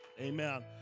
amen